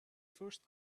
first